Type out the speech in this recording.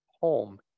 home